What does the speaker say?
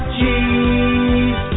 Cheese